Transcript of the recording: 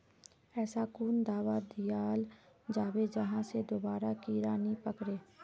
ऐसा कुन दाबा दियाल जाबे जहा से दोबारा कीड़ा नी पकड़े?